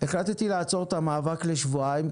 החלטתי לעצור את המאבק לשבועיים,